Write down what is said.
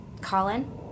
Colin